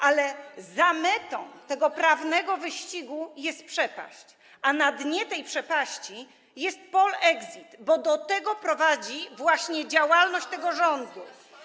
Ale za metą tego prawnego wyścigu jest przepaść, a na dnie tej przepaści jest polexit, bo do tego prowadzi właśnie działalność tego rządu.